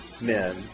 men